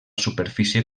superfície